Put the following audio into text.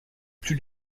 plus